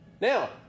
now